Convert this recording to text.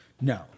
No